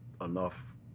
enough